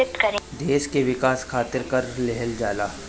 देस के विकास खारित कर लेहल जाला